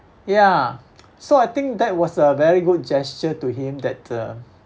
ya so I think that was a very good gesture to him that uh